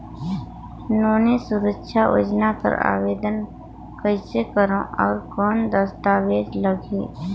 नोनी सुरक्षा योजना कर आवेदन कइसे करो? और कौन दस्तावेज लगही?